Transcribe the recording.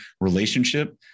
relationship